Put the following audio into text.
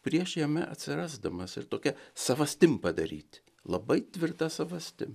prieš jame atsirasdamas ir tokia savastim padaryt labai tvirta savastim